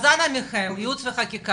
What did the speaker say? אז אנא מכם, יעוץ וחקיקה,